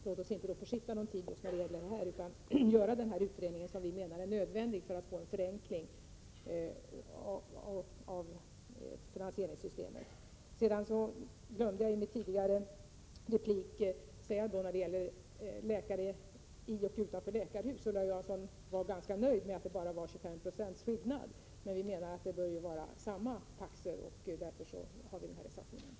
Låt oss därför inte spilla någon tid när det gäller det här utan göra den här utredningen, som enligt vår mening är nödvändig för att åstadkomma en förenkling av finansieringssystemet. I min tidigare replik glömde jag en sak. Beträffande läkare i och utanför läkarhus sade Ulla Johansson att hon var ganska nöjd med att det bara är 25 Ye skillnad. Enligt vår mening bör det vara samma taxor, och därför har vi reserverat OSS.